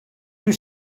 you